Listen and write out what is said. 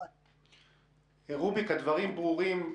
רוביק, הדברים ברורים.